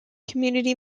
community